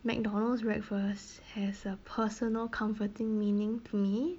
McDonald's breakfast has a personal comforting meaning to me